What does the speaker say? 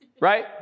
right